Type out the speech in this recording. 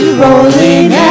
rolling